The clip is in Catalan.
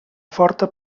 forta